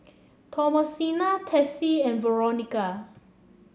Thomasina Tessie and Veronica